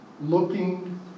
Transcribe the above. looking